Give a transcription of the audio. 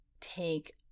take